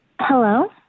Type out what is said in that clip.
Hello